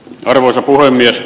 arvoisa puhemies